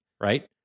right